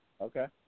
Okay